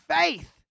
faith